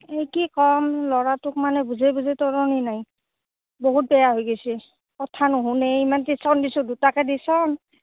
এই কি ক'ম ল'ৰাটোক মানে বুজাই বুজাই তৰণি নাই বহুত বেয়া হৈ গৈছে কথা নুশুনে ইমান টিউছন দিছোঁ দুটাকৈ টিউছন